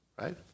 right